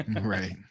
right